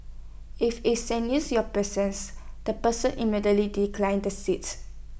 as if sensing your presence the person immediately declines the seat